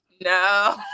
No